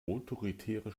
autoritäre